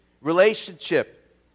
relationship